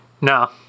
No